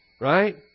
Right